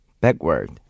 backward